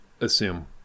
assume